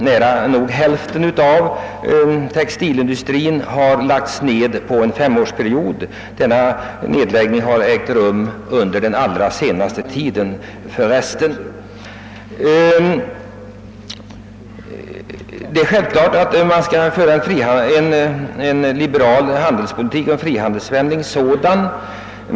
Nära nog hälften av textilindustrin har lagts ned under en femårsperiod, för övrigt i ökad takt under den allra senaste tiden. Det är självklart att vi skall föra en liberal och frihandelsvänlig handelspolitik.